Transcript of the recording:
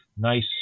nice